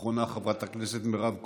אחרונה, חברת הכנסת מירב כהן.